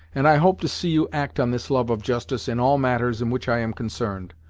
and i hope to see you act on this love of justice in all matters in which i am concerned.